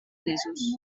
mesos